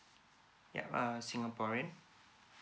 yeap uh singaporean